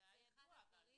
זה אירוע.